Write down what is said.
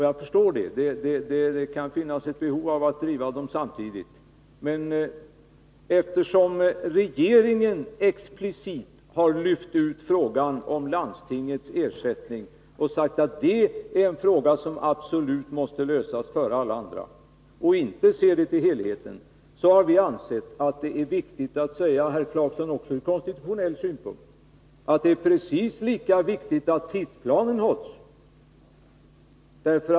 Jag förstår det — det kan finnas ett behov av att driva dem samtidigt. Eftersom regeringen explicit har lyft ut frågan om landstingets ersättning och sagt, att detta är en fråga som absolut måste lösas före alla andra, och inte ser till helheten, så har vi ansett att det är precis lika viktigt — också ur konstitutionell synpunkt, herr Clarkson — att tidsplanen hålls.